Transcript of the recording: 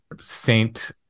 Saint